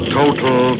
total